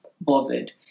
bothered